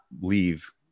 leave